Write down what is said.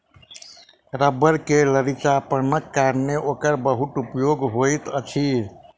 रबड़ के लचीलापनक कारणेँ ओकर बहुत उपयोग होइत अछि